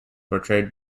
portrayed